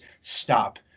stop